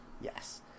Yes